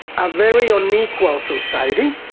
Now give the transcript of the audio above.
a very unequal society,